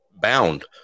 Bound